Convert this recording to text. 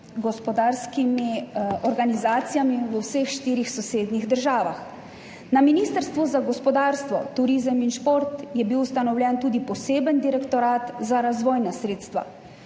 gospodarskimi organizacijami v vseh štirih sosednjih državah. Na Ministrstvu za gospodarstvo, turizem in šport je bil ustanovljen tudi poseben direktorat, Direktorat za razvojna sredstva,